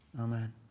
Amen